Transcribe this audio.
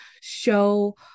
show